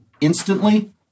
instantly